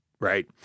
right